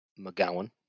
McGowan